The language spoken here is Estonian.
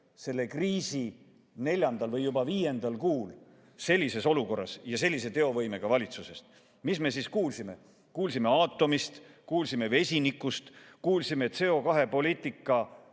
selle kriisi neljandal või juba viiendal kuul sellises olukorras ja sellise teovõimega valitsuses. Mis me siis kuulsime? Kuulsime aatomist, kuulsime vesinikust, kuulsime CO2-poliitika